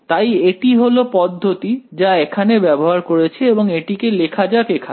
তাই এটি হলো পদ্ধতি যা এখানে ব্যবহার করেছি এবং এটিকে লেখা যাক এখানে